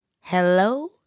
Hello